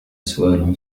سؤال